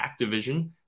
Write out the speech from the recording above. activision